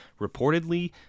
reportedly